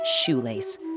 shoelace